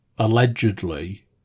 allegedly